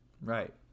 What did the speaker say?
Right